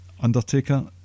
Undertaker